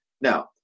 Now